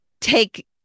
take